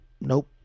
nope